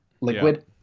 liquid